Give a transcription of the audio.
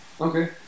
Okay